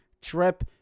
trip